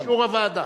ובאישור הוועדה.